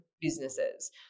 businesses